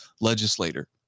legislator